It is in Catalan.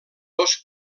dos